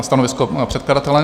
Stanovisko předkladatele?